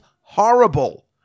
horrible